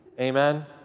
Amen